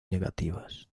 negativas